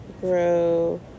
grow